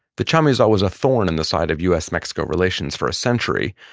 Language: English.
the chamizal was a thorn in the side of us mexico relations for a century.